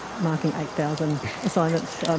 marking eight thousand assignments um